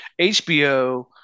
HBO